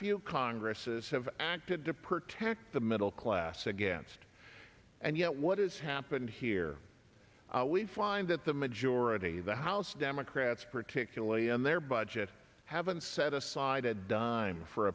few congresses have acted to protect the middle class against and yet what has happened here we find that the majority of the house democrats particularly in their budget haven't set aside a dime for